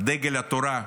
דגל התורה,